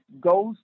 goes